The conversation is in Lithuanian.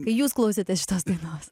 kai jūs klausėte šitos dainos